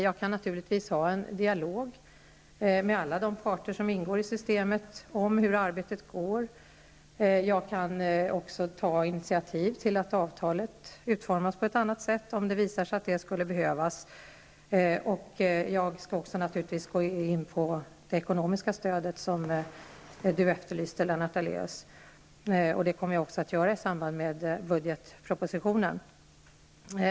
Jag kan naturligtvis föra en dialog med alla parter som ingår i systemet om hur arbetet går. Jag kan även ta initiativ till att avtalet utformas på ett annat sätt, om det visar sig att så behövs. Jag kan också gå in på det ekonomiska stöd som Lennart Daléus efterlyste. Det kommer jag även att göra i samband med budgetpropositionen.